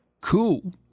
Cool